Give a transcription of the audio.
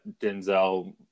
Denzel